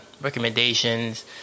recommendations